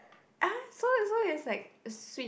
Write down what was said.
!huh! so and so is like a sweet